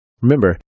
Remember